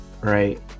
right